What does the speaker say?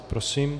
Prosím.